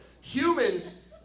humans